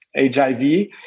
HIV